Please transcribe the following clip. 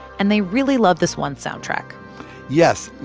and they really loved this one soundtrack yes,